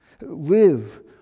Live